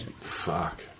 Fuck